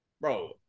Bro